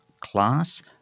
class